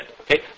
Okay